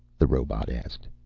the robot asked.